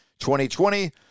2020